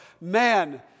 man